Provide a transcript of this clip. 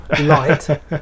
light